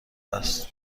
است